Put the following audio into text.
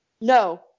no